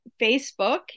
Facebook